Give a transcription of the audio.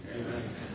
amen